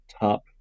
top